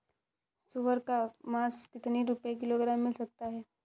सुअर का मांस कितनी रुपय किलोग्राम मिल सकता है?